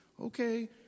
okay